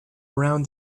around